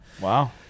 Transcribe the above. wow